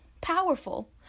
powerful